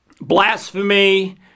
blasphemy